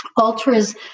ultras